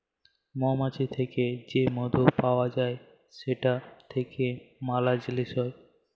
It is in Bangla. মমাছি থ্যাকে যে মধু পাউয়া যায় সেখাল থ্যাইকে ম্যালা জিলিস হ্যয়